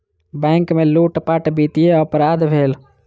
bank में लूटपाट वित्तीय अपराध भेल